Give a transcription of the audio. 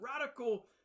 Radical